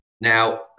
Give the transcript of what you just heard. Now